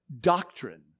doctrine